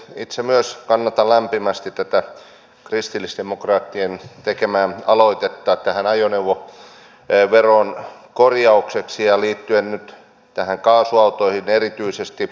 itse myös kannatan lämpimästi tätä kristillisdemokraattien tekemää aloitetta ajoneuvoveron korjaukseksi ja liittyen nyt näihin kaasuautoihin erityisesti